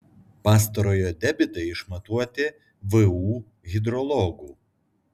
pastarojo debitai išmatuoti vu hidrologų